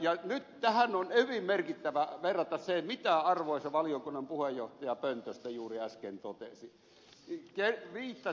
nyt tähän on hyvin merkittävää verrata sitä mitä arvoisa valiokunnan puheenjohtaja pöntöstä juuri äsken totesi